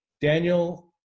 Daniel